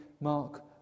Mark